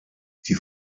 die